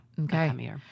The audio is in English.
Okay